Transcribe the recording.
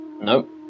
Nope